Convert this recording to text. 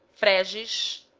phrases